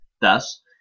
Thus